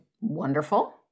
Wonderful